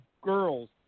girls